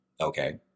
Okay